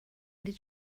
did